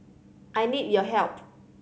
I need your help